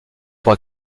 pour